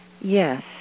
Yes